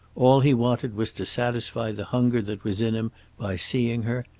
all he wanted was to satisfy the hunger that was in him by seeing her,